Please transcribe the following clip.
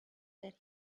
that